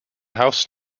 house